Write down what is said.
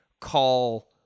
call